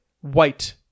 white